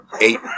eight